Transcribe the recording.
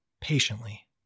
patiently